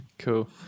Cool